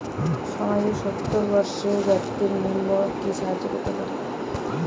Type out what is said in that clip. সমাজের সতেরো বৎসরের ব্যাক্তির নিম্নে কি সাহায্য পেতে পারে?